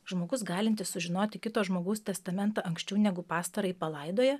žmogus galintis sužinoti kito žmogaus testamentą anksčiau negu pastarąjį palaidoja